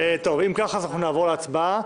כך נעבור להצבעה.